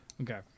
Okay